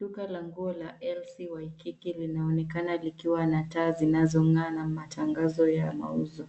Duka la nguo la LC Waikiki linaonekana likiwa na taa zinazong'aa na matangazo ya mauzo.